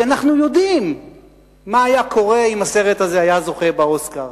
כי אנחנו יודעים מה היה קורה אם הסרט הזה היה זוכה באוסקר,